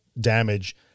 damage